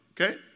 Okay